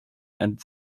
and